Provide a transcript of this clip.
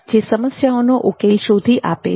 જે સમસ્યાઓનો ઉકેલ શોધી આપે છે